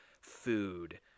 food